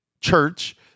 church